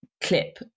clip